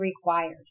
required